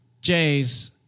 J's